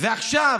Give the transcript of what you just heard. ועכשיו,